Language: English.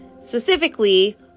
specifically